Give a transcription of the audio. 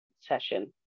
session